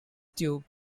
tube